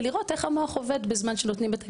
ולראות איך המוח עובד בזמן שנותנים לו את הגירויים.